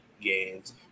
games